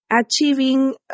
achieving